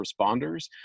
responders